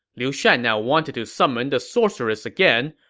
liu shan now wanted to summon the sorceress again,